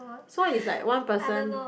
so it's like one person